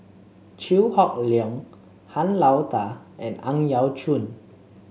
Chew Hock Leong Han Lao Da and Ang Yau Choon